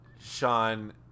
Sean